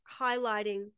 highlighting